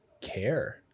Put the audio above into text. care